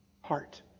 heart